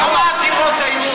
כמה עתירות היו?